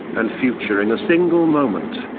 and future in a single moment.